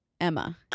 emma